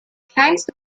kleinste